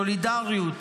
סולידריות,